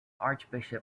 archbishop